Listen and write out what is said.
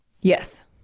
Yes